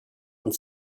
und